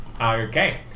okay